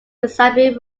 sybil